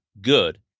good